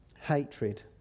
hatred